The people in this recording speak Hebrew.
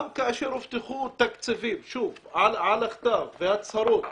גם כאשר הובטחו תקציבים בכתב וניתנו הצהרות,